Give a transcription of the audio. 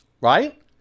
right